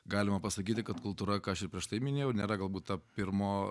galima pasakyti kad kultūra ką aš ir prieš tai minėjau nėra galbūt ta pirmo